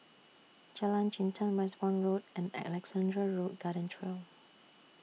Jalan Jintan Westbourne Road and Alexandra Road Garden Trail